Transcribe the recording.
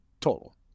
total